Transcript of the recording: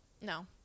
No